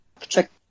check